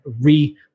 re